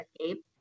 escape